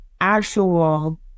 actual